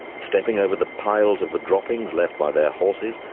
stepping over the piles of the droppings left by their horses,